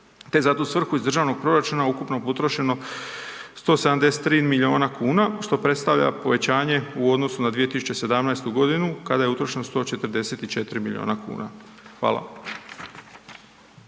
je za tu svrhu iz državnog proračuna ukupno potrošeno 173 milijuna kuna, što predstavljaj povećanje u odnosu na 2017. g. kada je utrošeno 144 milijuna kuna. Hvala.